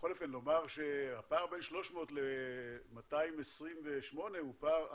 בכל אופן לומר שהפער בין 300 ל-228 הוא פער אדיר,